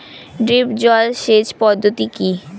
Drip জল সেচ পদ্ধতি কি?